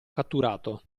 catturato